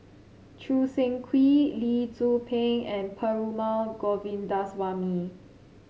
Choo Seng Quee Lee Tzu Pheng and Perumal Govindaswamy